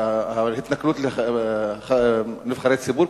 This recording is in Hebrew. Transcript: ההתנכלות לנבחרי ציבור,